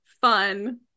fun